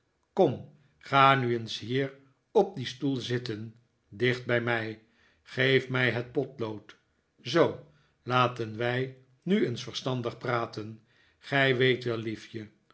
kom ga nu eens hier op dien stoel zitten dicht bij mij geef mij het potlood zoo laten wij nu eens verstandig praten gij weet wel liefje